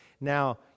Now